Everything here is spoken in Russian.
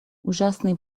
ужасные